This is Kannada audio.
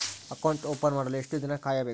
ಅಕೌಂಟ್ ಓಪನ್ ಮಾಡಲು ಎಷ್ಟು ದಿನ ಕಾಯಬೇಕು?